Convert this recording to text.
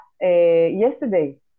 yesterday